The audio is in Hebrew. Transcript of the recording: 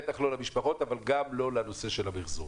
בטח לא למשפחות אבל גם לא לנושא של המיחזור.